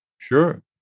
Sure